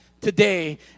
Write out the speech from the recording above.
today